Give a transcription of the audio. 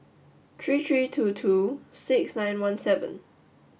three three two two six nine one seven